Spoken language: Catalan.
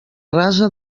rasa